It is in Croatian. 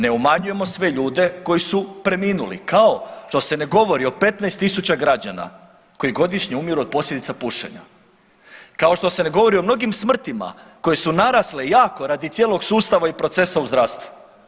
Ne umanjujemo sve ljude koji su preminuli kao što se ne govori o 15.000 građana koji godišnje umiru od posljedica pušenja, kao što se ne govori o mnogim smrtima koje su narasle jako radi cijelog sustava i procesa u zdravstvu.